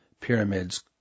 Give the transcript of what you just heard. pyramids